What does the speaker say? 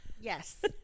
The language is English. Yes